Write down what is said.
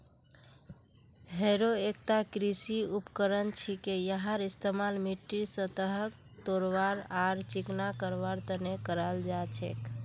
harrow एकता कृषि उपकरण छिके यहार इस्तमाल मिट्टीर सतहक तोड़वार आर चिकना करवार तने कराल जा छेक